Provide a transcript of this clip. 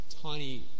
tiny